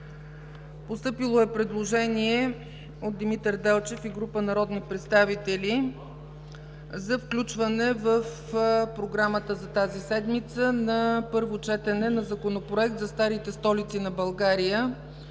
постъпило е предложение от Димитър Делчев и група народни представители за включване в Програмата за тази седмица на първо четене на Законопроекта за старите столици на България